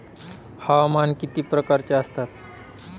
हवामान किती प्रकारचे असतात?